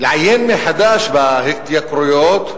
לעיין מחדש בהתייקרויות,